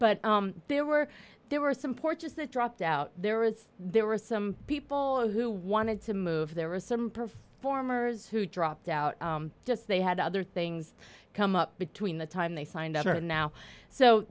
but there were there were some porches that dropped out there was there were some people who wanted to move there were some performers who dropped out just they had other things come up between the time they signed up or now so